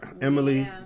Emily